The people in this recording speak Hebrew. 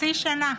חצי שנה.